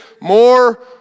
more